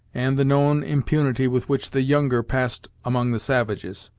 and the known impunity with which the younger passed among the savages.